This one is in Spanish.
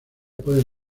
puede